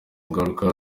ingaruka